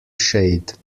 shade